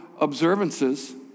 observances